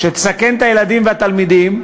שתסכן את הילדים והתלמידים,